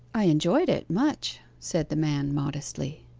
i enjoyed it much said the man modestly.